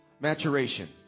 maturation